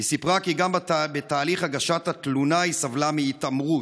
היא סיפרה כי גם בתהליך הגשת התלונה היא סבלה מהתעמרות.